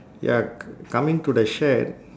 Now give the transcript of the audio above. ya c~ coming to the shed